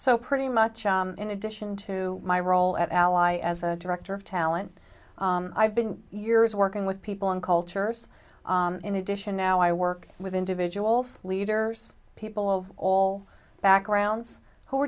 so pretty much in addition to my role at ally as a director of talent i've been years working with people in cultures in addition now i work with individuals leaders people of all backgrounds who are